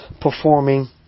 Performing